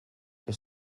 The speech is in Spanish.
que